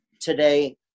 today